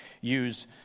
use